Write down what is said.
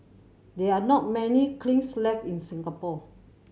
there are not many kilns left in Singapore